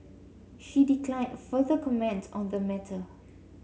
she declined further comments on the matter